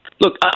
Look